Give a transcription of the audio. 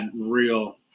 real